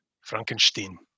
Frankenstein